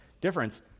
difference